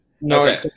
No